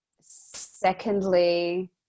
Secondly